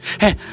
Hey